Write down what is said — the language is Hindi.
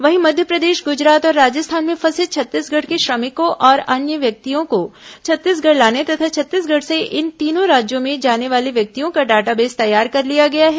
वहीं मध्यप्रदेश गुजरात और राजस्थान में फंसे छत्तीसगढ़ के श्रमिकों और अन्य व्यक्तियों को छत्तीसगढ़ लाने तथा छत्तीसगढ़ से इन तीनों राज्यों में जाने वाले व्यक्तियों का डाटा बेस तैयार कर लिया गया है